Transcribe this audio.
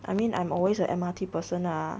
I mean I'm always a M_R_T person ah